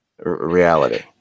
reality